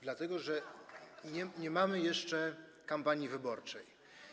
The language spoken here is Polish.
Dlatego że nie mamy jeszcze kampanii wyborczej.